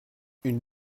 une